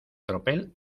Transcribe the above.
tropel